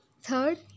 Third